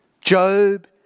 Job